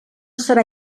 serà